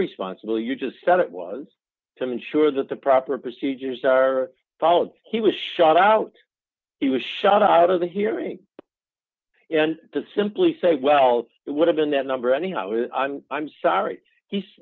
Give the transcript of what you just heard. responsibility you just said it was to ensure that the proper procedures are followed he was shot out he was shot out of the hearing and to simply say well it would have been that number anyhow if i'm sorry he